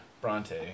Bronte